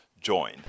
join